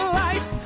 life